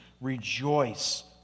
rejoice